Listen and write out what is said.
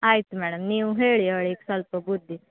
ಆಯ್ತು ಮೇಡಮ್ ನೀವು ಹೇಳಿ ಅವ್ಳಿಗೆ ಸ್ವಲ್ಪ ಬುದ್ದಿ